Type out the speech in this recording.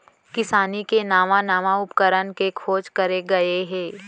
किसानी के नवा नवा उपकरन के खोज करे गए हे